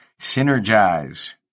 synergize